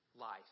life